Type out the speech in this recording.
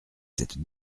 cette